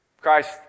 Christ